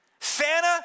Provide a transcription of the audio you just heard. Santa